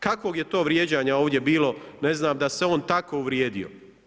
Kakvog je to vrijeđanja ovdje bilo ne znam da se on tako uvrijedio?